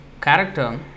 character